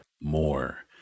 more